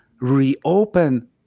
reopen